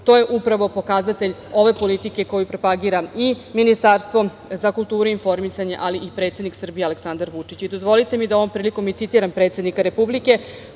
To je upravo pokazatelj ove politike koju propagira i Ministarstvo za kulturu i informisanje, ali i predsednik Aleksandar Vučić. Dozvolite mi da ovom prilikom i citiram predsednika Republike